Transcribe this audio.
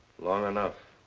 long enough.